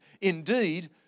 Indeed